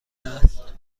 است